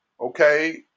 Okay